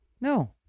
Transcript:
no